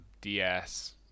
ds